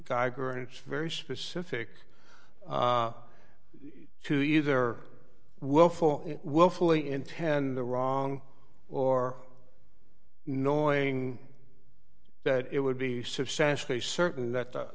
geiger and it's very specific to either willful willfully intend the wrong or knowing that it would be substantially certain that